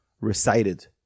recited